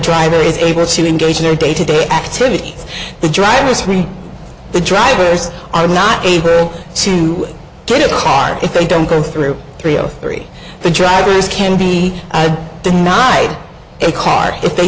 driver is able to engage in their day to day activities the driver is free the drivers are not able to get a car if they don't go through three o three the drivers can be denied a car if they